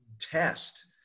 test